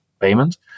payment